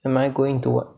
am I going to what